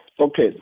okay